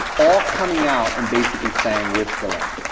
all coming out and basically saying, we're still in.